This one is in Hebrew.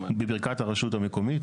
בברכת הרשות המקוימת,